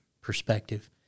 perspective